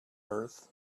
earth